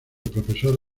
profesor